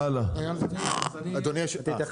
אני רק